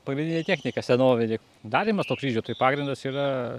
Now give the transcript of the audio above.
pagrindinė technika senovinė darymas to kryžio tai pagrindas yra